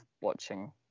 watching